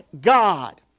God